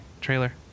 Trailer